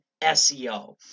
SEO